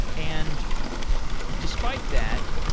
and despite that,